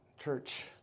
Church